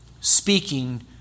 speaking